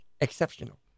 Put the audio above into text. Exceptional